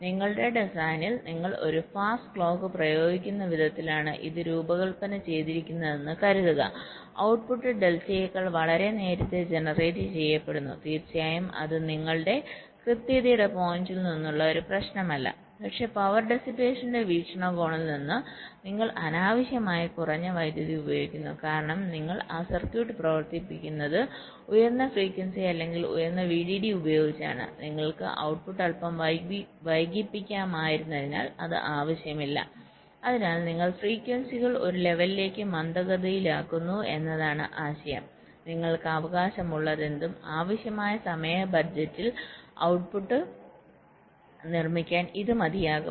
നിങ്ങളുടെ ഡിസൈനിൽ നിങ്ങൾ ഒരു ഫാസ്റ്റ് ക്ലോക്ക് പ്രയോഗിക്കുന്ന വിധത്തിലാണ് ഇത് രൂപകൽപ്പന ചെയ്തിരിക്കുന്നതെന്ന് കരുതുക ഔട്ട്പുട്ട് ഡെൽറ്റയേക്കാൾ വളരെ നേരത്തെ ജനറേറ്റ് ചെയ്യപ്പെടുന്നു തീർച്ചയായും അത് നിങ്ങളുടെ കൃത്യതയുടെ പോയിന്റിൽ നിന്നുള്ള ഒരു പ്രശ്നമല്ല പക്ഷേ പവർ ടെസ്സിപേഷന്റെ വീക്ഷണകോണിൽ നിന്ന് നിങ്ങൾ അനാവശ്യമായി കുറഞ്ഞ വൈദ്യുതി ഉപയോഗിക്കുന്നു കാരണം നിങ്ങൾ ആ സർക്യൂട്ട് പ്രവർത്തിപ്പിക്കുന്നത് ഉയർന്ന ഫ്രീക്വൻസി അല്ലെങ്കിൽ ഉയർന്ന VDD ഉപയോഗിച്ചാണ് നിങ്ങൾക്ക് ഔട്ട്പുട്ട് അൽപ്പം വൈകിപ്പിക്കാമായിരുന്നതിനാൽ അത് ആവശ്യമില്ല അതിനാൽ നിങ്ങൾ ഫ്രീക്വൻസികൾ ഒരു ലെവലിലേക്ക് മന്ദഗതിയിലാക്കുന്നു എന്നതാണ് ആശയം നിങ്ങൾക്ക് അവകാശമുള്ളതെന്തും ആവശ്യമായ സമയ ബഡ്ജറ്റിൽ ഔട്ട്പുട്ട് നിർമ്മിക്കാൻ ഇത് മതിയാകും